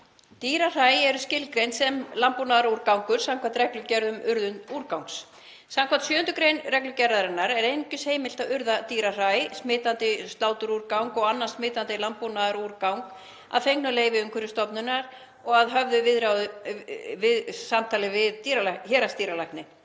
Dýrahræ eru skilgreind sem landbúnaðarúrgangur samkvæmt reglugerð um urðun úrgangs. Samkvæmt 7. gr. reglugerðarinnar er einungis heimilt að urða dýrahræ, smitandi sláturúrgang og annan smitandi landbúnaðarúrgang að fengnu leyfi Umhverfisstofnunar og að höfðu samtali við héraðsdýralækni.